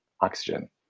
oxygen